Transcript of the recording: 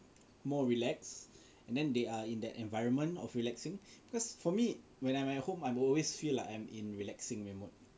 more relaxed and then they are in that environment of relaxing cause for me when I'm at home I'm always feel like I'm in relaxing punya mode